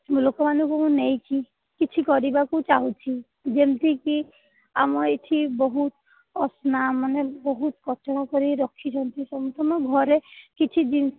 ଲୋକମାନଙ୍କୁ ମୁଁ ନେଇ କି କିଛି କରିବାକୁ ଚାହୁଁଛି ଯେମିତିକି ଆମ ଏଠି ବହୁତ ଅସନା ମାନେ ବହୁତ କଚରା କରି ରଖିଛନ୍ତି ତୁମେ ତୁମ ଘରେ କିଛି ଜିନିଷ